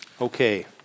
Okay